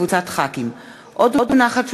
הצעת חוק בתי-המשפט (תיקון,